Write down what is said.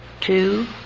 Two